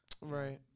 Right